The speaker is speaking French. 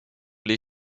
les